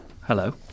Hello